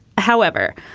however,